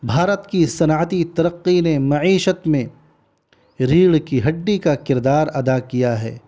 بھارت کی صنعتی ترقی نے معیشت میں ریڑھ کی ہڈی کا کردار ادا کیا ہے